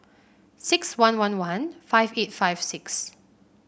six one one one five eight five six